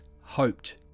hoped